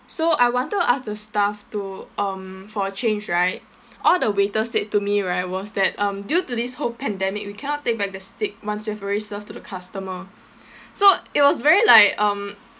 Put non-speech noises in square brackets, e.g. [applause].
so I wanted to ask the staff to um for a change right all the waiter said to me right was that um due to this whole pandemic we cannot take back the steak once we have already served to the customer [breath] so it was very like um